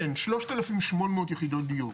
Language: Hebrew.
כן, שלושת אלפים שמונה מאות יחידות דיור.